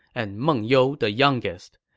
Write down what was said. and meng you the youngest.